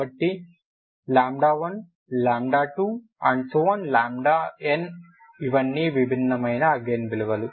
కాబట్టి 12n ఇవన్నీ విభిన్నమైన ఐగెన్ విలువలు